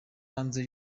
hanze